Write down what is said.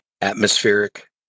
atmospheric